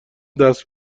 دست